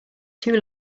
too